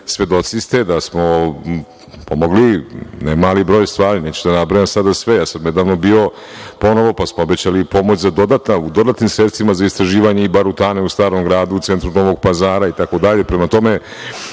svedoci ste da smo pomogli ne mali broj stvari. Neću da nabrajam sada sve. Nedavno sam bio ponovo, pa smo obećali i pomoć za dodatnim sredstvima za istraživanje i barutane u Starom gradu u centru Novog Pazara, itd.